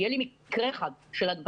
אם יהיה לי מקרה אחד של הדבקה,